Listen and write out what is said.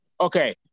okay